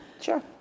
Sure